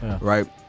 right